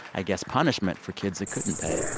i guess, punishment for kids that couldn't pay?